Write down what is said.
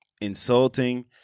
insulting